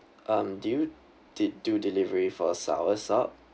um do you did do delivery for soursop